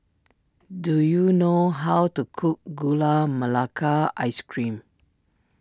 do you know how to cook Gula Melaka Ice Cream